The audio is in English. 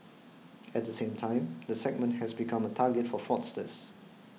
at the same time the segment has become a target for fraudsters